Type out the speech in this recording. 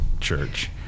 church